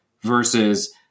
versus